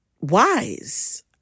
wise